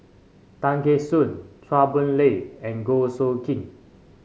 Tay Kheng Soon Chua Boon Lay and Goh Soo Khim